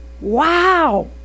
Wow